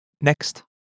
Next